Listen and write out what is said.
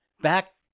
Back